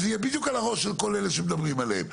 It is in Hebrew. זה בדיוק על הראש של כל אלה שמדברים על הדברים האלה.